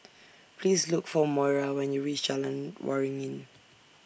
Please Look For Moira when YOU REACH Jalan Waringin